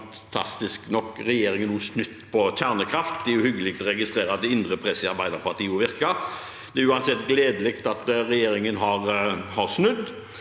Nå har, fantastisk nok, regjeringen også snudd når det gjelder kjernekraft. Det er hyggelig å registrere at det indre presset i Arbeiderpartiet også virker. Det er uansett gledelig at regjeringen har snudd.